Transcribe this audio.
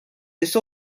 sest